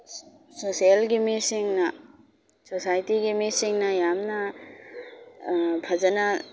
ꯁꯣꯁꯦꯜꯒꯤ ꯃꯤꯁꯤꯡꯅ ꯁꯣꯁꯥꯏꯇꯤꯒꯤ ꯃꯤꯁꯤꯡꯅ ꯌꯥꯝꯅ ꯐꯖꯅ